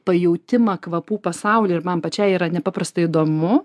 pajautimą kvapų pasaulį ir man pačiai yra nepaprastai įdomu